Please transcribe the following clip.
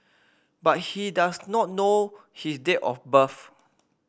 but he does not know his date of birth